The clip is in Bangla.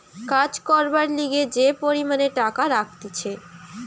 কাজ করবার লিগে যে পরিমাণে টাকা রাখতিছে